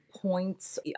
points